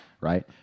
right